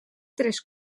tres